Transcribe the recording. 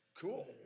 Cool